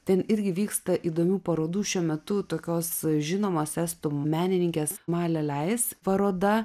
ten irgi vyksta įdomių parodų šiuo metu tokios žinomos estų menininkės male leis paroda